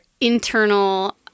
internal